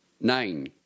Nine